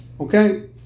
Okay